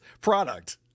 product